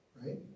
Right